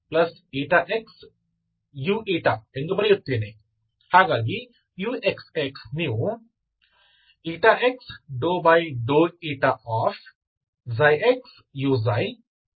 ಹಾಗಾಗಿ uxx ನೀವು x ξxuxu ಎಂದು ನೋಡುತ್ತೀರಿ